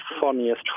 funniest